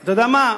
אתה יודע מה,